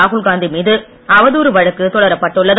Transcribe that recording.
ராகுல் காந்தி மீது அவதூறு வழக்கு தொடரப்பட்டுள்ளது